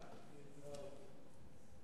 חוק ומשפט להחיל דין רציפות על